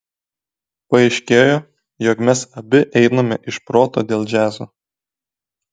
paaiškėjo jog mes abi einame iš proto dėl džiazo